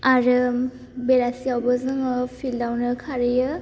आरो बेलासियावबो जोङो फिल्दावनो खारहैयो